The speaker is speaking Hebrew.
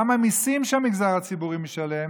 גם המיסים שהמגזר הציבורי משלם